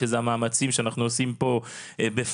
שזה המאמצים שאנחנו עושים פה בפרסיה,